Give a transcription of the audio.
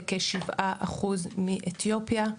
וכ-7% מאתיופיה.